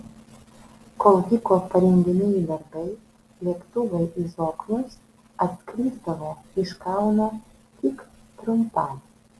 kol vyko parengiamieji darbai lėktuvai į zoknius atskrisdavo iš kauno tik trumpam